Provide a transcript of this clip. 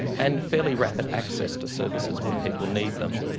and fairly rapid access to services when people need them.